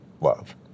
love